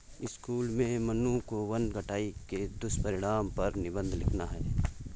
school में मन्नू को वन कटाई के दुष्परिणाम पर निबंध लिखना है